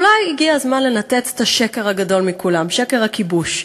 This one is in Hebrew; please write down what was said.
אולי הגיע לנתץ את השקר הגדול מכולם, שקר הכיבוש.